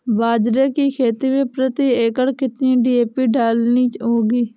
बाजरे की खेती में प्रति एकड़ कितनी डी.ए.पी डालनी होगी?